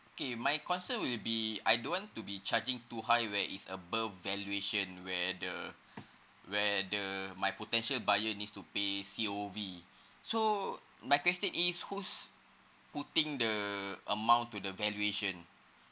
K my concern will be I don't want to be charging too high where is above valuation where the where the my potential buyer needs to pay C_O_V so my question is whose who think the amount to the valuation